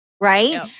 Right